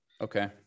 Okay